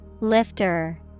Lifter